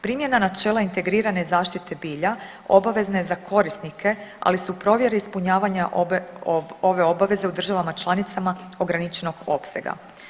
Primjena načela integrirane zaštite bilja obavezna je za korisnike, ali su provjere ispunjavanja ove obaveze u državama članicama ograničenog opsega.